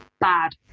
bad